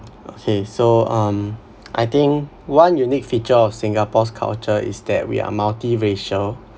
okay so um I think one unique feature of singapore's culture is that we are multiracial